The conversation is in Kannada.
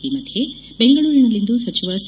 ಈ ಮಧ್ಯೆ ಬೆಂಗಳೂರಿನಲ್ಲಿಂದು ಸಚಿವ ಸಿ